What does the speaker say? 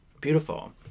Beautiful